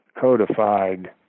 codified